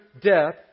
death